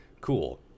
Cool